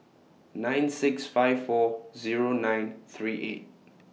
nine six five four Zero nine three eight